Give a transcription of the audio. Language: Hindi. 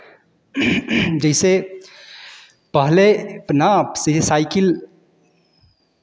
जैसे पहले अपना से साइकिल